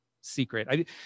secret